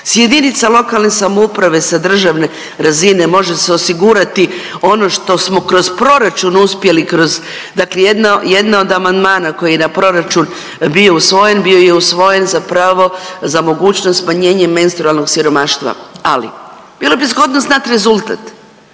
S jedinica lokalne samouprave sa državne razine može se osigurati ono što smo kroz proračun uspjeli kroz, dakle jedan od amandmana koji je na proračun bio usvojen, bio je usvojen za pravo za mogućnost smanjenje menstrualnog siromaštva. Ali bilo bi zgodno znati rezultat.